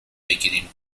بگیریم